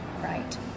right